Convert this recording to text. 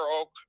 oak